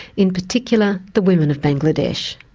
in particular, the women of bangladesh.